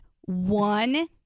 one